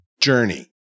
journey